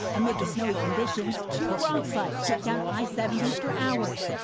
amid the snowy conditions, two rock slides shut down i seventy for hours.